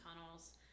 tunnels